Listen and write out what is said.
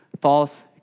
false